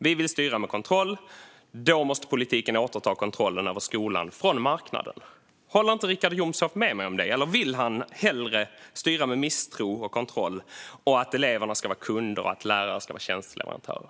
Vi vill styra med kontroll, och därför måste politiken återta kontrollen över skolan från marknaden. Håller inte Richard Jomshof med mig om det? Vill han hellre styra med misstro och kontroll? Vill han att eleverna ska vara kunder och lärarna tjänsteleverantörer?